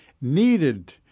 needed